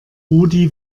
rudi